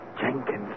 Jenkins